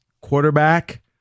quarterback